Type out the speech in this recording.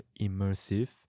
immersive